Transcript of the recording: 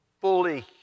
fully